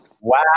Wow